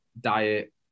diet